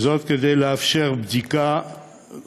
כדי לאפשר בדיקה